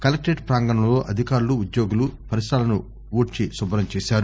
collectorate ప్రాంగణంలో అధికారులు ఉద్యోగులు పరిసరాలను ఊడ్సి శుభ్రం చేశారు